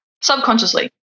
subconsciously